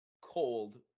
cold